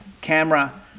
camera